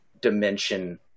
dimension